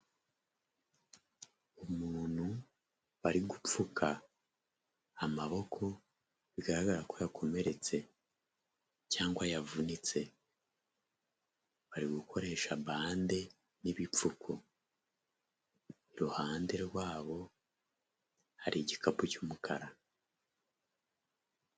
Umuntu bari gupfuka amaboko bigaragara ko yakomeretse cyangwa yavunitse. Bari gukoresha bande n'ibipfuko, iruhande rwabo hari igikapu cy'umukara.